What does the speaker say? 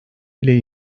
bile